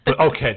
Okay